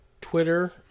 Twitter